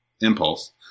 impulse